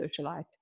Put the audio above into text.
socialite